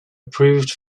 approved